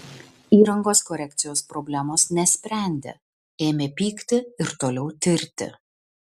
įrangos korekcijos problemos nesprendė ėmė pykti ir toliau tirti